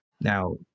Now